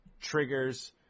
triggers